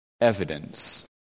evidence